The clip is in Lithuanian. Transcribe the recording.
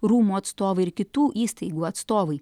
rūmų atstovai ir kitų įstaigų atstovai